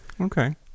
okay